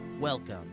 welcome